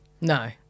No